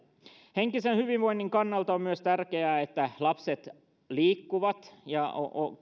henkisen hyvinvoinnin kannalta on tärkeää myös että lapset liikkuvat ja